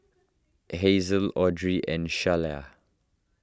Hazle Audry and Sheyla